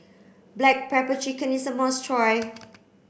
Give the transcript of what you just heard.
black pepper chicken is a must try